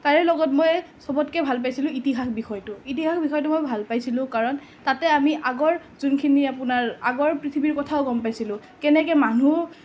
তাৰে লগত মই চবতকৈ ভাল পাইছিলোঁ ইতিহাস বিষয়টো ইতিহাস বিষয়টো মই ভাল পাইছিলোঁ কাৰণ তাতে আমি আগৰ যোনখিনি আপোনাৰ আগৰ পৃথিৱীৰ কথাও গম পাইছিলোঁ কেনেকৈ মানুহ